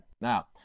Now